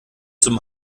zum